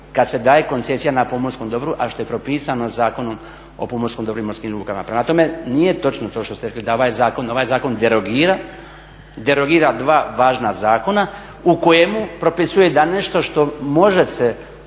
kad se daje koncesija na pomorskom dobru, a što je propisano Zakonom o pomorskom dobru i morskim lukama. Prema tome, nije točno to što ste rekli da ovaj zakon, ovaj zakon derogira, derogira dva važna zakona u kojemu propisuje da nešto što može se